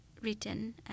written